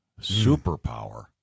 Superpower